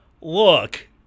Look